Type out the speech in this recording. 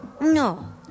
No